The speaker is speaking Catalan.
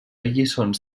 lliçons